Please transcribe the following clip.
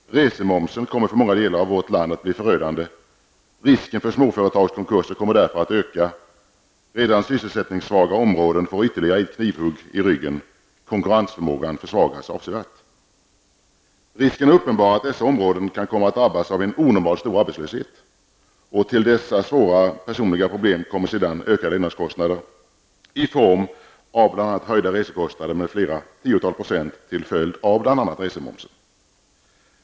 Resemomsen kommer för många delar av vårt land att bli förödande. Risken för småföretagskonkurser kommer därför att öka. Redan sysselsättningssvaga områden får ytterligare ett knivhugg i ryggen. Konkurrensförmågan försvagas avsevärt. Risken är uppenbar att dessa områden kan komma att drabbas av en onormalt stor arbetslöshet. Till dessa svåra personliga problem kommer sedan ökade levnadskostnader i form av bl.a. höjda resekostnader med flera tiotal procent till följd av bl.a. resemomsen.